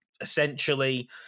essentially